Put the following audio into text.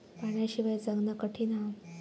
पाण्याशिवाय जगना कठीन हा